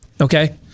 Okay